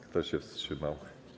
Kto się wstrzymał?